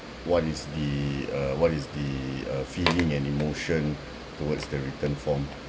what is the uh what is the uh feeling and emotion towards the written form